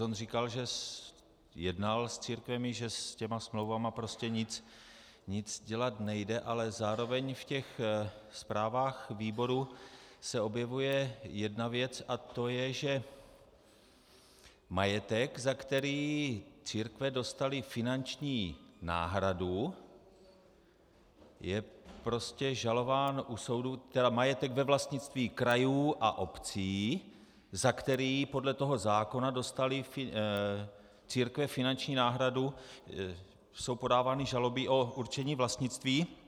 On říkal, že jednal s církvemi, že s těmi smlouvami nic dělat nejde, ale zároveň v těch zprávách výboru se objevuje jedna věc, a to je, že majetek, za který církve dostaly finanční náhradu, je prostě žalován u soudu, tedy majetek ve vlastnictví krajů a obcí, za který podle toho zákona dostaly církve finanční náhradu, jsou podávány žaloby o určení vlastnictví.